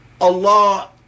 Allah